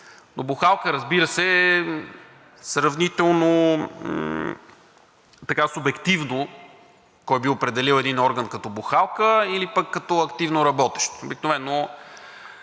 Но бухалка, разбира се, е сравнително субективно – кой би определил един орган като бухалка или пък като активно работещ? Обикновено